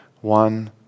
one